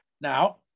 Now